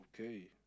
Okay